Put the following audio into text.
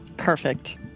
perfect